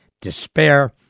despair